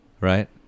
right